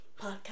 podcast